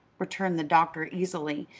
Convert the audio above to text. returned the doctor easily,